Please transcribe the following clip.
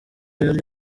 yari